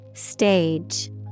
Stage